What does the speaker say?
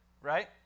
right